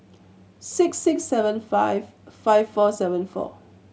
six six seven five five four seven four